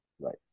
Right